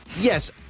Yes